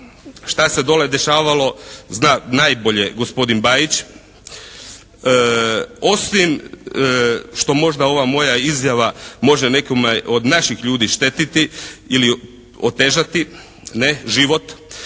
šta se dole dešavalo zna najbolje gospodin Bajić. Osim što možda ova moja izjava može nekome od naših ljudi štetiti ili otežati život